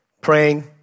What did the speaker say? praying